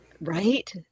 Right